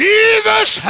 Jesus